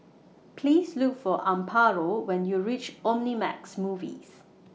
Please Look For Amparo when YOU REACH Omnimax Movies